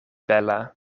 bela